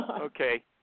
Okay